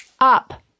up